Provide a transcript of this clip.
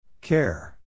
Care